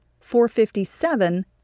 457